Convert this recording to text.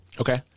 Okay